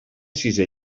sisé